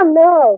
no